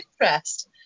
interest